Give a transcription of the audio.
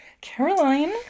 Caroline